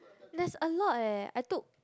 less a lot eh I took